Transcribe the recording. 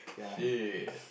shit